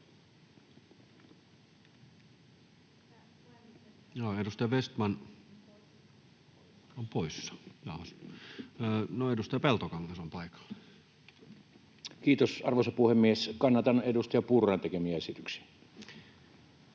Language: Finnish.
edustaja Vestman on poissa. — No, edustaja Peltokangas on paikalla. Kiitos, arvoisa puhemies! Kannatan edustaja Purran tekemiä esityksiä.